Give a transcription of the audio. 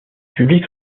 public